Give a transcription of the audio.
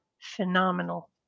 Phenomenal